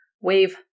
wave